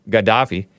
Gaddafi